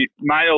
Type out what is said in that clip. male